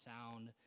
sound